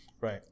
Right